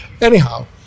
Anyhow